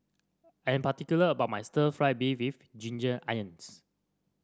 I am particular about my Stir Fried Beef with Ginger Onions